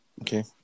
Okay